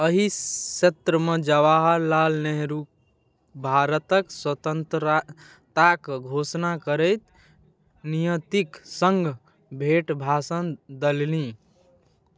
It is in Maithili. अही सत्रमे जवाहरलाल नेहरू भारतक स्वतन्त्रताक घोषणा करैत नियतिक सङ्ग भेँट भाषण देलनि